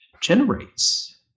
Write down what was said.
generates